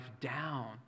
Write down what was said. down